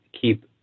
keep